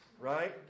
right